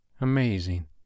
amazing